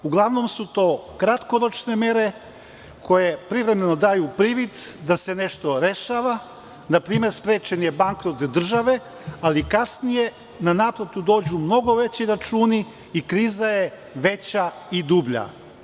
Uglavnom su to kratkoročne mere koje privremeno daju privid da se nešto rešava, npr. sprečen je bankrot države, ali kasnije na naplatu dođu mnogo veći računi i kriza je veća i dublja.